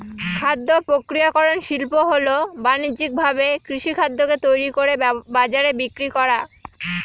খাদ্য প্রক্রিয়াকরন শিল্প হল বানিজ্যিকভাবে কৃষিখাদ্যকে তৈরি করে বাজারে বিক্রি করা